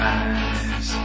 eyes